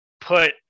put